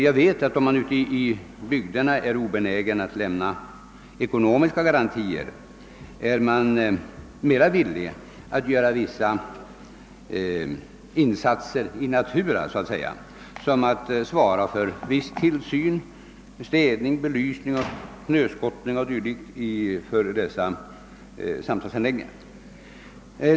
Jag vet att om man i bygderna är obenägen att lämna ekonomiska garantier, är man mera villig att göra vissa insatser så att säga in natura — såsom att svara för viss tillsyn, städning, belysning, snöskottning o. d. — för dessa samtalsanläggningar.